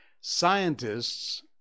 Scientists